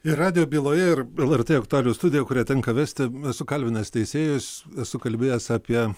ir radijo byloje ir lrt aktualijų studiją kurią tenka vesti esu kalbinęs teisėjus esu kalbėjęs apie